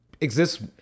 exists